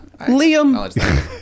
liam